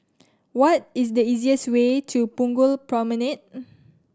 what is the easiest way to Punggol Promenade